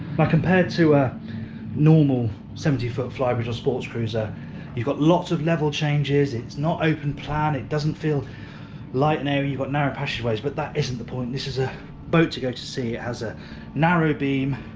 like compared to a normal seventy foot flybridge or sportscruiser you've got lots of level changes, it's not open plan, it doesn't feel light and airy, you've got narrow passageways, but that isn't the point, this is a boat to go to sea, it has a narrow beam